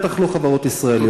בטח לא חברות ישראליות.